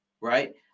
Right